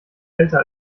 älter